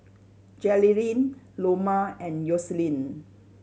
Jerilynn Loma and Yoselin